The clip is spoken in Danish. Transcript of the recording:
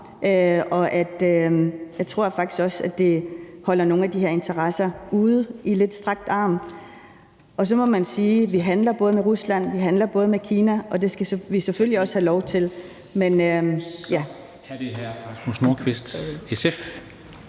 og jeg tror faktisk også, at det holder nogle af de her interesser ude i lidt strakt arm. Og så må man sige, at vi både handler med Rusland og Kina, og det skal vi selvfølgelig også have lov til.